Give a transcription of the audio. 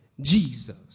Jesus